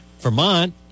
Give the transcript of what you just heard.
Vermont